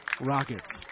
Rockets